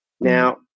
Now